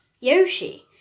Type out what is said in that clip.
Yoshi